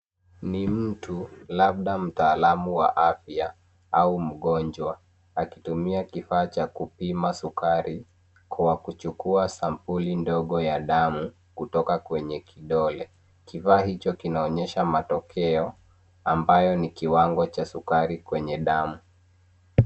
Ni mtu, labda mtaalamu wa afya au mgonjwa akitumia kifaa cha kupima sukari kwa kuchukua sampuli ndogo ya damu kutoka kwenye kidole. Kifaa hicho kinaonyesha matokeao ambayo ni kiwango cha sukari kwenye damu.